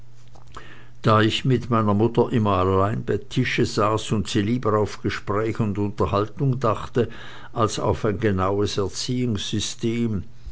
da ich mit meiner mutter immer allein bei tische saß und sie lieber auf gespräch und unterhaltung dachte als auf ein genaues erziehungssystem